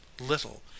little